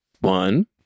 One